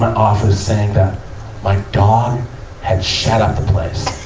office saying that my dog has shat up the place.